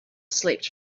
slept